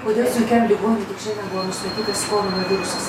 kodėl sunkiam ligoniui tik šiandien buvo nustatytas koronavirusas